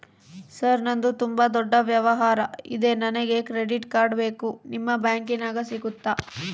Sir ನಂದು ತುಂಬಾ ದೊಡ್ಡ ವ್ಯವಹಾರ ಇದೆ ನನಗೆ ಕ್ರೆಡಿಟ್ ಕಾರ್ಡ್ ಬೇಕು ನಿಮ್ಮ ಬ್ಯಾಂಕಿನ್ಯಾಗ ಸಿಗುತ್ತಾ?